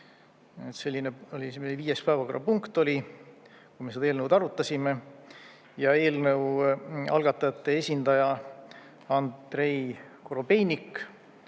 See oli viies päevakorrapunkt, kui me seda eelnõu arutasime. Eelnõu algatajate esindaja Andrei Korobeinik